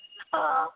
हँ